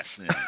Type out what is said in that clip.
Yes